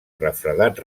refredat